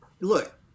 Look